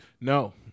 No